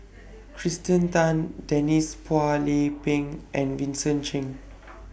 Kirsten Tan Denise Phua Lay Peng and Vincent Cheng